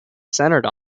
centered